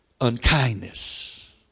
unkindness